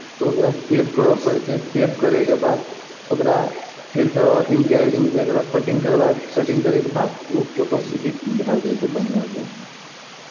तऽ ओकरा सेव करय पड़ै छै सेव करैके बाद ओकरा फेरसँ अथीमे गैलरीमे जाए कऽ ओकरा कटिंग करबा कटिंग करैके बाद ओ फोटो एडिट भए जाइत छै बढ़िआँसँ